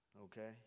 Okay